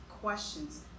questions